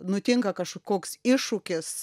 nutinka kažkoks iššūkis